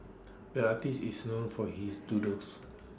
the artist is known for his doodles